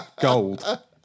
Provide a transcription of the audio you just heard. gold